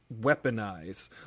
weaponize